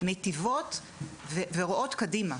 מטיבות ורואות קדימה.